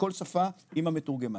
בכל שפה עם המתורגמן,